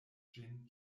ĝin